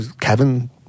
Kevin